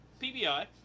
PBI